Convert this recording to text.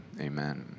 Amen